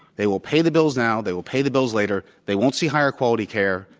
they will pay the bills now. they will pay the bills later. they won't see higher quality care.